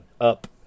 up